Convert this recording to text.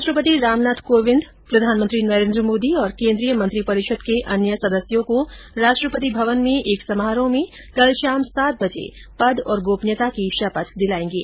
राष्ट्रपति रामनाथ कोविंद प्रधानमंत्री नरेन्द्र मोदी और केंद्रीय मंत्रिपरिषद के अन्य सदस्यों को राष्ट्रपति भवन में एक समारोह में कल शाम सात बजे पद और गोपनीयता की शपथ दिलाएंगे